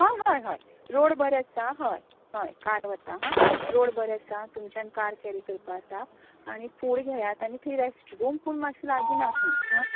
हय हय हय रोड बरें आसा हय हय कार वता हां रोड बरें आसा तुमच्यान कार कॅरी करपाक जाता आनी फूड घेयात आनी थंय रेस्ट रूम पूण मातसो लागीर ना खंय आं